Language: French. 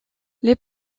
les